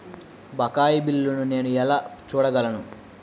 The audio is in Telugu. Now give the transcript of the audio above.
బకాయి బిల్లును నేను ఎలా చూడగలను?